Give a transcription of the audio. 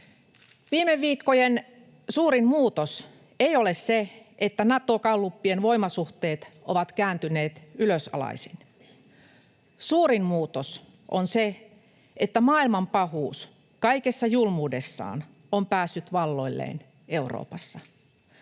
Viime viikkojen suurin muutos ei ole se, että Nato-gallupien voimasuhteet ovat kääntyneet ylösalaisin. Suurin muutos on se, että maailman pahuus kaikessa julmuudessaan on päässyt valloilleen Euroopassa.